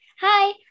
Hi